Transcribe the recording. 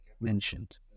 mentioned